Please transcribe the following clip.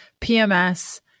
PMS